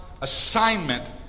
assignment